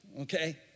Okay